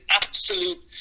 absolute